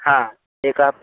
हा एकः